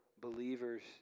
believers